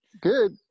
Good